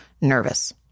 nervous